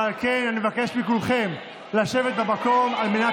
ועל כן אני מבקש מכולכם לשבת מקום על מנת